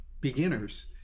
beginners